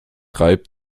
reibt